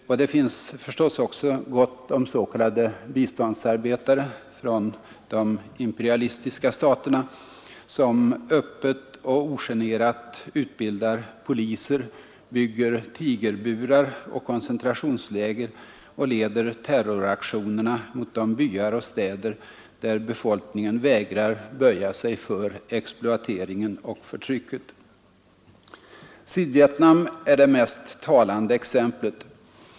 Och det finns förstås också gott om s.k. biståndsarbetare från de imperialistiska staterna, som öppet och ogenerat utbildar poliser, bygger ”tigerburar” och koncentrationsläger och leder terroraktionerna mot de byar och städer där befolkningen vägrar böja sig för exploateringen och förtrycket. Sydvietnam är det mest talande exemplet.